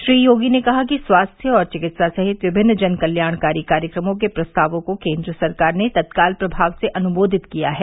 श्री योगी ने कहा कि स्वास्थ्य और चिकित्सा सहित विभिन्न जन कल्याणकारी कामों के प्रस्तावों को केन्द्र सरकार ने तत्काल प्रभाव से अनुमोदित किया है